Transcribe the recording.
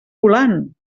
volant